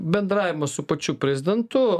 bendravimas su pačiu prezidentu